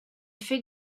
fait